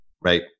Right